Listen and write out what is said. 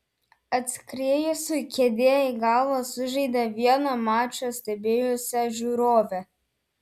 atskriejusi kėdė į galvą sužeidė vieną mačą stebėjusią žiūrovę